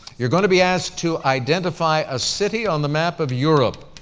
you're going to be asked to identify a city on the map of europe.